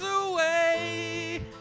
away